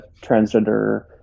transgender